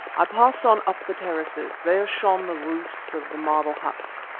i passed on up the terraces. there shone the roofs of the marble huts.